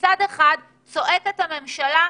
מצד אחד, צועקת הממשלה: